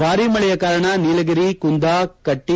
ಭಾರಿ ಮಳೆಯ ಕಾರಣ ನೀಲಗಿರಿ ಕುಂದಾಪ್ ಕೆಟ್ಲ